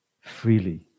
freely